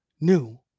New